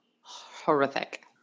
horrific